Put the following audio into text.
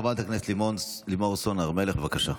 חברת הכנסת לימור סון הר מלך, בבקשה.